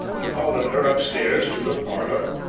he followed her upstairs to her parlour.